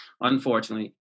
unfortunately